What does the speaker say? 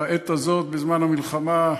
בעת הזאת, בזמן המלחמה,